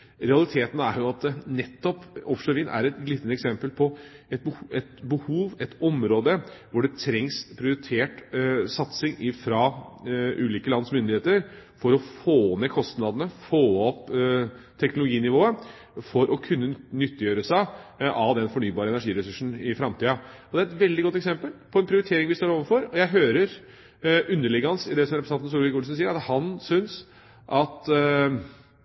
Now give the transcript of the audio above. Realiteten er at nettopp offshorevind er et glitrende eksempel på et område hvor det trengs prioritert satsing fra ulike lands myndigheter for å få ned kostnadene og få opp teknologinivået for å kunne nyttiggjøre seg den fornybare energiressursen i framtida. Det er et veldig godt eksempel på en prioritering vi står overfor. Jeg hører underliggende i det representanten Solvik-Olsen sier, at han synes at